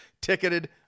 Ticketed